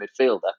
midfielder